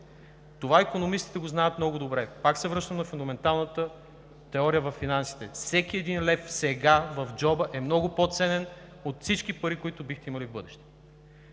Това икономистите го знаят много добре. Пак се връщам на фундаменталната теория във финансите – всеки един лев сега в джоба е много по-ценен от всички пари, които бихте имали в бъдеще.